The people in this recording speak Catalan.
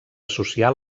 social